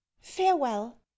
farewell